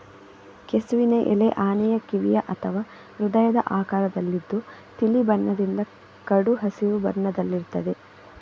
ಕೆಸುವಿನ ಎಲೆ ಆನೆಯ ಕಿವಿಯ ಅಥವಾ ಹೃದಯದ ಆಕಾರದಲ್ಲಿದ್ದು ತಿಳಿ ಬಣ್ಣದಿಂದ ಕಡು ಹಸಿರು ಬಣ್ಣದಲ್ಲಿರ್ತದೆ